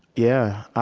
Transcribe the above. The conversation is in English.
yeah.